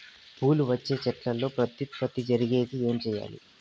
పూలు వచ్చే చెట్లల్లో ప్రత్యుత్పత్తి జరిగేకి ఏమి చేయాలి?